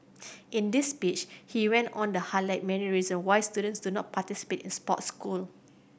in this speech he went on the highlight many reason why students do not participate in sports school